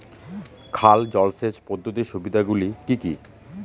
খাল জলসেচ পদ্ধতির সুবিধাগুলি কি কি?